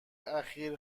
اخیر